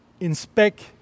Inspect